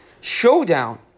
showdown